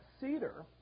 Cedar